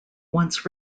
once